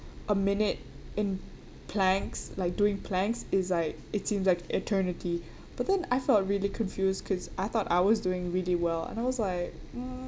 a minute in planks like doing planks is like it seems like eternity but then I felt really confused because I thought I was doing really well and I was like mm